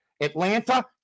Atlanta